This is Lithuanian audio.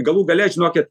galų gale žinokit